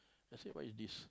I say what is this